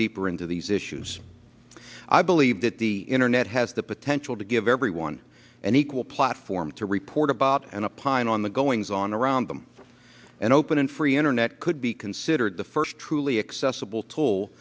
deeper into these issues i believe that the internet has the potential to give everyone an equal platform to report about and upon on the goings on around them and open and free internet could be considered the first truly accessible tool